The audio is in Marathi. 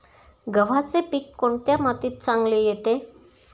गव्हाचे पीक कोणत्या मातीत चांगले येते?